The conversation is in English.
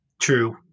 True